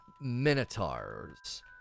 minotaurs